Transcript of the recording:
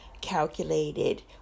calculated